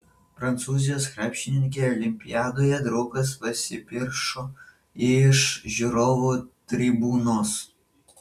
prancūzijos krepšininkei olimpiadoje draugas pasipiršo iš žiūrovų tribūnos